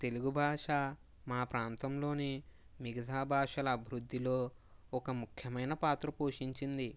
తెలుగు భాష మా ప్రాంతంలోని మిగతా భాషల అభివృద్ధిలో ఒక ముఖ్యమైన పాత్ర పోషించింది